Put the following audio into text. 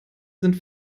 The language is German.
sind